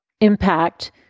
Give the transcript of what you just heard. impact